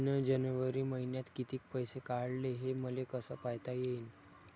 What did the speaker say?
मिन जनवरी मईन्यात कितीक पैसे काढले, हे मले कस पायता येईन?